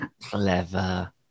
Clever